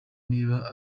niba